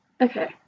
Okay